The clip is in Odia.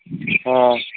ହଁ